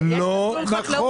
לא נכון.